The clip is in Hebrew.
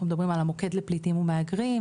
אנחנו מדברים על המוקד לפליטים ומהגרים,